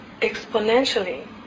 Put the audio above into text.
exponentially